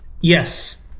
Yes